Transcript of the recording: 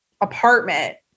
apartment